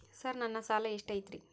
Sir ನನ್ನ ಸಾಲಾ ಎಷ್ಟು ಐತ್ರಿ?